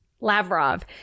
Lavrov